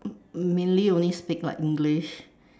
mainly only speak like English